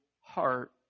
heart